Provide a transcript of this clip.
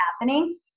happening